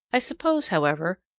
i suppose, however,